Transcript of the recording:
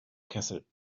kessel